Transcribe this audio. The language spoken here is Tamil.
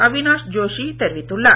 அவினாஷ் ஜோஷி தெரிவித்துள்ளார்